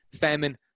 famine